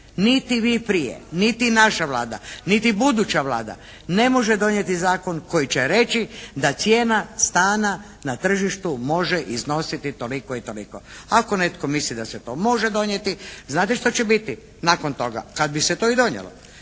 niti vi prije, niti naša Vlada, niti buduća Vlada ne može donijeti zakon koji će reći da cijena stana na tržištu može iznositi toliko i toliko. Ako netko misli da se to može donijeti, znate što će biti nakon toga kad bi se to i donijelo?